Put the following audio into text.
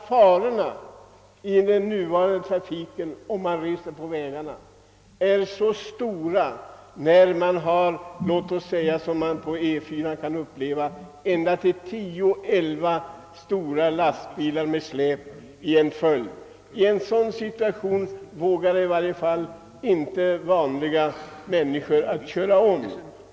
Farorna i den nuvarande trafiken är nämligen mycket stora när man, som man på E 4 kan uppleva, har ända till tio å elva stora lastbilar med släp i en följd framför sig. I en sådan situation vågar inte vanliga människor köra om.